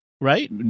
right